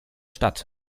stadt